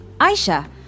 Aisha